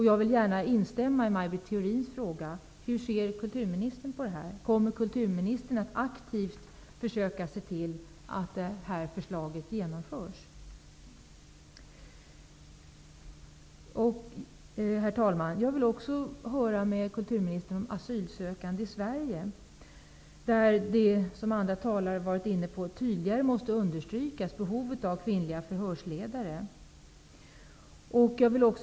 Jag vill instämma i Maj Britt Theorins fråga: Hur ser kulturministern på det här? Kommer kulturministern att aktivt försöka se till att det här förslaget genomförs? Herr talman! Jag vill också med kulturministern ta upp de asylsökande i Sverige. Som andra talare har varit inne på måste behovet av kvinnliga förhörsledare tydligare understrykas.